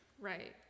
right